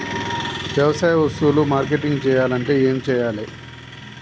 వ్యవసాయ వస్తువులు మార్కెటింగ్ చెయ్యాలంటే ఏం చెయ్యాలే?